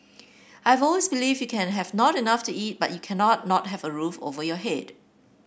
I've always believed you can have not enough to eat but you cannot not have a roof over your head